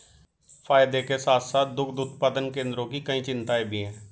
फायदे के साथ साथ दुग्ध उत्पादन केंद्रों की कई चिंताएं भी हैं